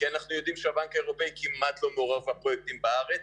כי אנחנו יודעים שהבנק האירופאי כמעט ולא מעורב בפרויקט בארץ,